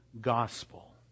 gospel